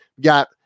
got